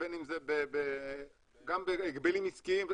ובין אם זה גם בהגבלים עסקיים,